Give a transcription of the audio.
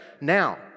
now